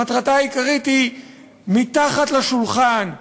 מטרתה העיקרית היא מתחת לשולחן,